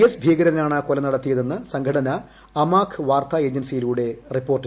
S ഭീകരനാണ് കൊല നടത്തിയതെന്ന് സംഘടന അമാഖ് വാർത്താ ഏജൻസിയിലൂടെ അറിയിച്ചു